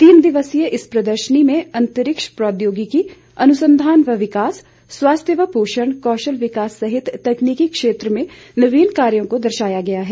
तीन दिवसीय इस प्रदर्शनी में अंतरिक्ष प्रौद्योगिकी अनुसंघान व विकास स्वास्थ्य व पोषण कौशल विकास सहित तकनीकी क्षेत्र में नवीन कायों को दर्शाया गया है